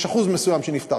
יש אחוז מסוים שנפטרים.